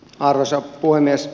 arvoisa puhemies